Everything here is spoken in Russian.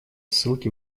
ссылки